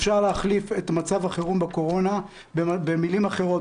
אפשר להחליף את מצב החירום בקורונה במילים אחרות,